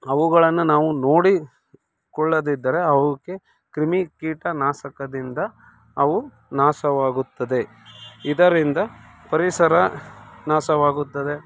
ಅವುಗಳನ್ನು ನಾವು ನೋಡಿಕೊಳ್ಳದಿದ್ದರೆ ಅವಕ್ಕೆ ಕ್ರಿಮಿ ಕೀಟ ನಾಶಕದಿಂದ ಅವು ನಾಶವಾಗುತ್ತದೆ ಇದರಿಂದ ಪರಿಸರ ನಾಶವಾಗುತ್ತದೆ